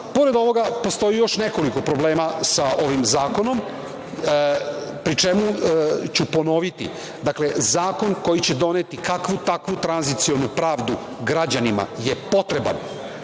ovoga postoji još nekoliko problema sa ovim zakonom, pri čemu ću ponoviti. Dakle, zakon koji će doneti kakvu-takvu tranzicionu pravdu građanima je potreban.